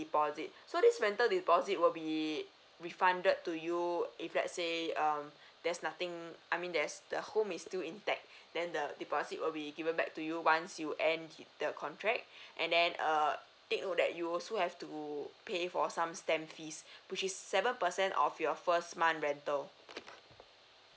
deposit so this rental deposit will be refunded to you if let's say um there's nothing I mean there's the home is still intact then the deposit will be given back to you once you end the contract and then err take note that you also have to pay for some S_T_E_M fees which is seven percent of your first month rental